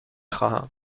خواهم